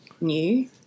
new